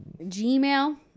Gmail